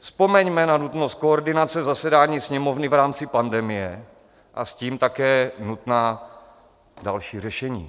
Vzpomeňme na nutnost koordinace zasedání Sněmovny v rámci pandemie a s tím také nutná další řešení.